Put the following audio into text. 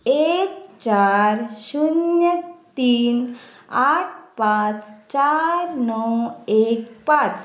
एक चार शुन्य तीन आठ पांच चार णव एक पांच